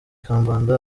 kambanda